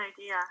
idea